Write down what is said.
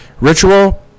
ritual